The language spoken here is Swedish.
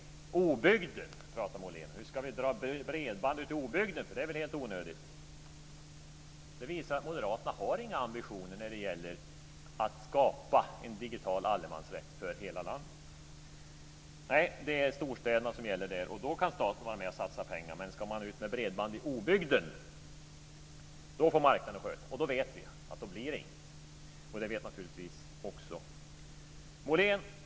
Molén pratar om obygder. Enligt Molén är det väl helt onödigt att dra bredband ute i obygden. Det här visar att Moderaterna inte har några ambitioner att skapa en digital allemansrätt för hela landet. Nej, det är storstäderna som gäller där. Då kan staten vara med och satsa pengar, men ska det vara bredband i obygder får marknaden sköta det själv. Då vet vi att det inte blir något. Det vet naturligtvis också Molén.